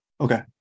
Okay